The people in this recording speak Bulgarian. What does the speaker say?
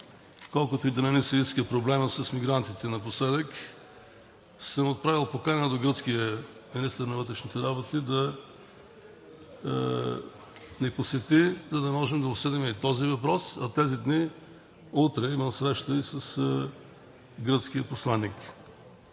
колкото и да не ни се иска, проблемът с мигрантите напоследък, съм отправил покана до гръцкия министър на вътрешните работи да ни посети, за да можем да обсъдим и този въпрос. Утре имам среща и с гръцкия посланик